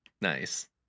Nice